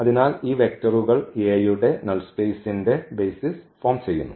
അതിനാൽ ഈ വെക്റ്ററുകൾ A യുടെ നൾ സ്പേസ്ന്റെ ബെയ്സിസ് ഫോം ചെയ്യുന്നു